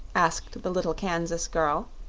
asked the little kansas girl,